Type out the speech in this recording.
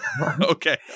Okay